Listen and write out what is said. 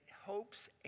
hopes